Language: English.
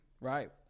Right